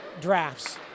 drafts